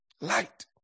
Light